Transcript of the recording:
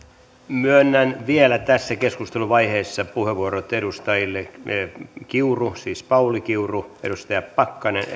myönnän vielä tässä keskusteluvaiheessa puheenvuorot edustajille pauli kiuru pakkanen